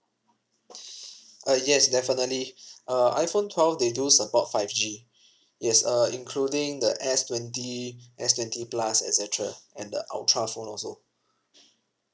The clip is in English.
uh yes definitely uh iphone twelve they do support five G yes uh including the S twenty S twenty plus et cetera and the ultra phone also